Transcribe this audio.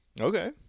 Okay